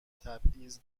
تبعیض